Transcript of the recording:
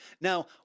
now